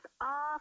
off